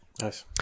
nice